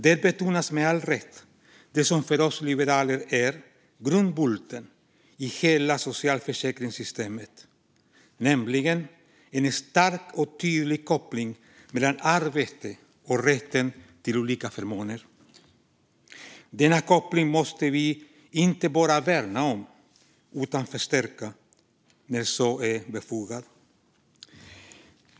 Där betonas med all rätt det som för oss liberaler är grundbulten i hela socialförsäkringssystemet, nämligen en stark och tydlig koppling mellan arbete och rätten till olika förmåner. Denna koppling måste vi inte bara värna om, utan också förstärka när så är befogat.